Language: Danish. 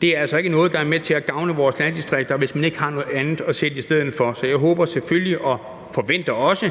Det er altså ikke noget, der vil gavne vores landdistrikter, hvis man ikke har noget andet at sætte i stedet for. Men jeg håber selvfølgelig på og forventer også,